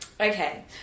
Okay